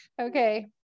Okay